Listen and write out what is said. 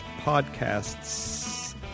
podcasts